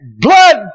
blood